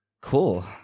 Cool